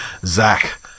Zach